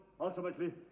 Ultimately